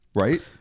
Right